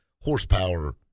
horsepower